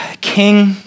king